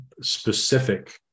specific